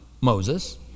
Moses